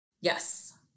Yes